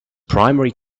primary